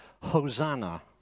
Hosanna